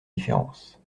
différences